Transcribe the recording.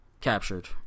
captured